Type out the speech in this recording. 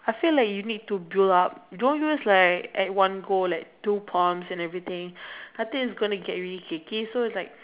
I feel like you need to build up don't use like at one go like two pumps and everything I think it's gonna get really cakey so it's like